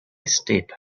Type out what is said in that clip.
steep